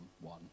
one